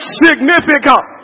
significant